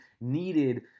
needed